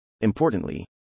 Importantly